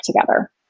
together